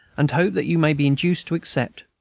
and hope that you may be induced to accept.